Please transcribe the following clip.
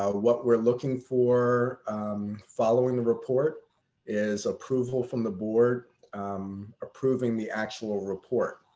ah what we're looking for following the report is approval from the board approving the actual report.